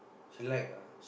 she like ah